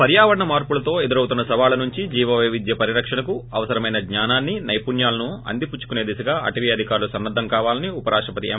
పర్కావరణ మార్సులతో ఎదురవుతున్న సవాళ్సనుంచి జీవ వైవిధ్య పరిరక్షణకు అవసరమైన జ్ఞానాన్ని సైపుణ్యాలను అంది పుచ్చుకుసే దిశగా అటవీ అధికారులు సన్నద్దం కావాలని ఉప రాష్టపతి ఎం